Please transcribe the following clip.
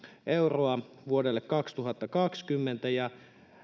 euroa vuodelle kaksituhattakaksikymmentä ja